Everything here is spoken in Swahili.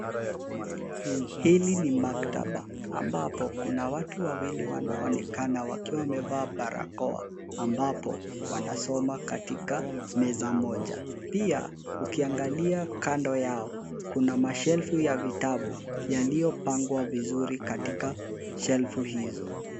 Hili ni maktaba ambapo kuna watu wawili wanaoonekana wakiwa wamevaa barakoa ambapo wanasoma katika meza moja, pia ukiangalia kando yao, kuna mashelfu ya vitabu yaliyopangwa vizuri katika shelfu hizo.